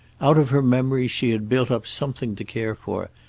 out of her memories she had built up something to care for,